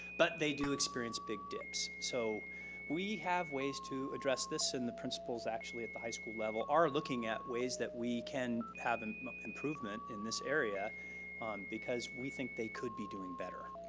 but they do experience big dips. so we have ways to address this. and the principals actually at the high school level are looking at ways that we can have and improvement in this area because we think they could be doing better.